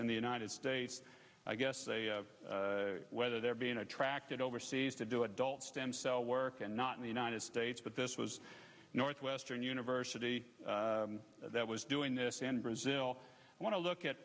in the united states i guess whether they're being attracted overseas to do adult stem cell work and not in the united states but this was northwestern university that was doing this in brazil want to look at